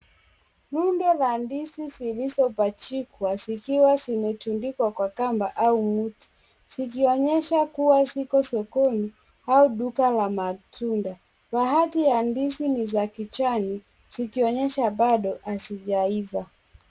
Rundo la ndizi zilizo pachikwa zikiwa zimetundikwa kwa kamba au mti zikionyesha kuwa ziko sokoni au duka la matunda. Baadhi ya ndizi ni za kijani zikionyesha bado hazijaiva.